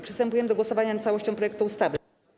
Przystępujemy do głosowania nad całością projektu ustawy.